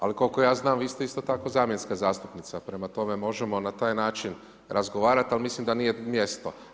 Ali koliko ja znam vi ste isto tako zamjenska zastupnica, prema tome možemo na taj način razgovarati, ali mislim da nije mjesto.